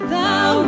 Thou